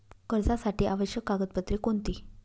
कर्जासाठी आवश्यक कागदपत्रे कोणती?